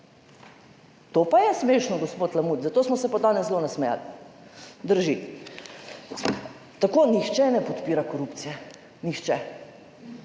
To pa je smešno, gospod Lamut, za to smo se pa danes zelo nasmejali. Drži. Tako, nihče ne podpira korupcije. Nihče,